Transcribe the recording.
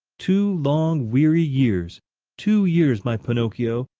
two long weary years two years, my pinocchio,